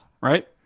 Right